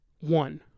one